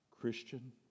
Christian